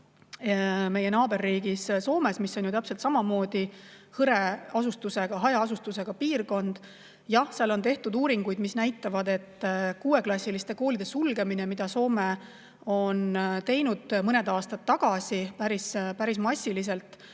meie naaberriigis Soomes, kus on täpselt samamoodi hajaasustusega piirkondi, on tehtud uuringuid, mis näitavad, et kuueklassiliste koolide sulgemine, mida Soome tegi mõned aastad tagasi päris massiliselt,